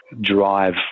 drive